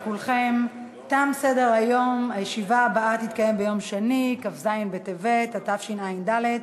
חמישה בעד, אין מתנגדים.